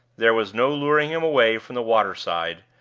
there was no luring him away from the water-side,